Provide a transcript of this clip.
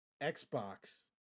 Xbox